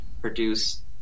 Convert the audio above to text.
produce